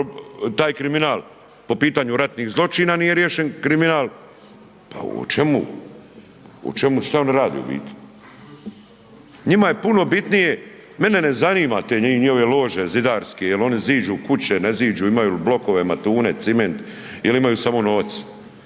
taj kriminal po pitanju ratnih zločina nije riješen kriminal, pa šta oni radi u biti. Njima je puno bitnije, mene ne zanima te njihove lože zidarske ili oni ziđu kuće, ne ziđu, imaju li blokove, matune, ciment ili imaju samo novac,